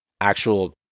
actual